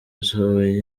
nsohoye